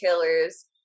retailers